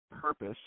purpose